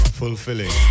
fulfilling